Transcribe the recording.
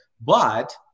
But-